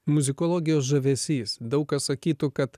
muzikologijos žavesys daug kas sakytų kad